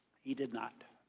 he did not